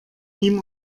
ihm